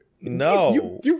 No